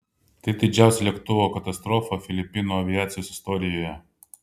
tai didžiausia lėktuvo katastrofa filipinų aviacijos istorijoje